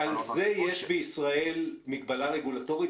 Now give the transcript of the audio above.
ועל זה יש בישראל מגבלה רגולטורית?